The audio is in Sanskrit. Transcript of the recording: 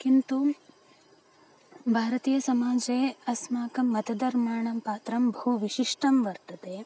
किन्तु भारतीयसमाजे अस्माकं मतधर्माणां पात्रं बहु विशिष्टं वर्तते